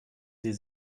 sie